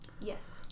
Yes